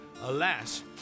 alas